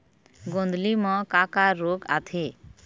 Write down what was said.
गोंदली म का का रोग आथे?